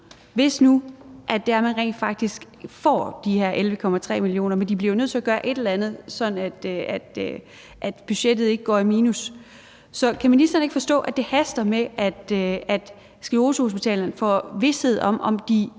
hvis det rent faktisk er, man får de her 11,3 mio. kr. Men de bliver jo nødt til at gøre et eller andet, sådan at budgettet ikke går i minus. Så kan ministeren ikke forstå, at det haster med, at sklerosehospitalerne får vished om, om de